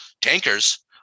tankers